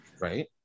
Right